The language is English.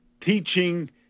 teaching